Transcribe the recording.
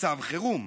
מצב חירום.